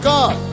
God